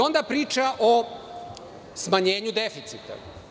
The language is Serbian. Onda priča o smanjenju deficita.